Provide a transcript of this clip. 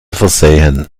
versehen